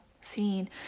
scene